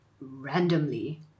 randomly